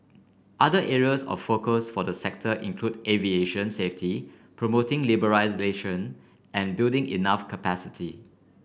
other areas of focus for the sector include aviation safety promoting liberalisation and building enough capacity